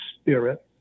Spirit